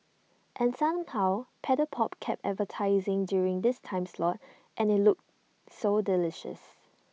and somehow Paddle pop kept advertising during this time slot and IT looked so delicious